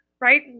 right